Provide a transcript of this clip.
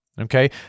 Okay